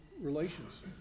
relations